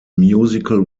musical